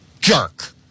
jerk